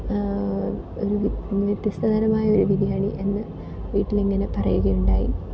ഒരു വ്യത്യസ്തതരമായൊരു ബിരിയാണി എന്ന് വീട്ടിലിങ്ങനെ പറയുകയുണ്ടായി